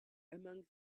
among